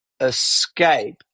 escape